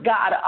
God